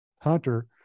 hunter